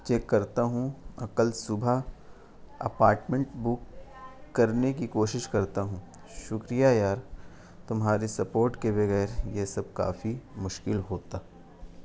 check کرتا ہوں اور کل صبح اپارٹمنٹ بک کرنے کی کوشش کرتا ہوں شکریہ یار تمہاری سپورٹ کے بغیر یہ سب کافی مشکل ہوتا